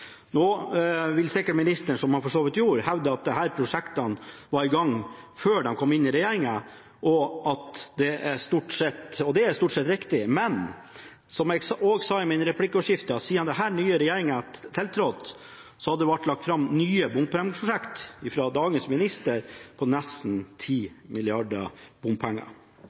Nå vil sikkert ministeren, som han for så vidt gjorde, hevde at disse prosjektene var i gang før de kom inn i regjeringen, og det er stort sett riktig. Men, som jeg også sa i replikkordskiftet: Siden den nye regjeringen tiltrådte, har det fra dagens minister blitt lagt fram nye bompengeprosjekter på nesten